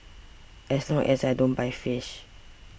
as long as I don't buy fish